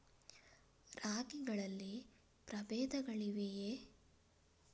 ರಾಗಿಗಳಲ್ಲಿ ಪ್ರಬೇಧಗಳಿವೆಯೇ?